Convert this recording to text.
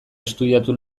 estudiatu